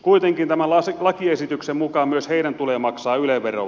kuitenkin tämän lakiesityksen mukaan myös heidän tulee maksaa yle veroa